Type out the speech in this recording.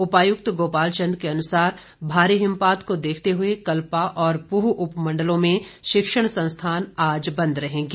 उपायुक्त गोपाल चंद के अनुसार भारी हिमपात को देखते हुए कल्पा और पूह उपमंडलों में शिक्षण संस्थान आज बंद रहेंगे